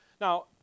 Now